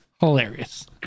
hilarious